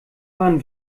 wann